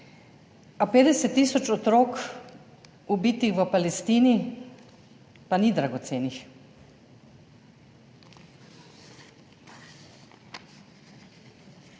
50 tisoč otrok, ubitih v Palestini, pa ni dragocenih?